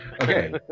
Okay